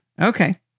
Okay